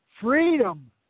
freedom